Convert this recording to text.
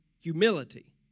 humility